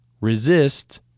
resist